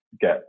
get